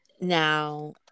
Now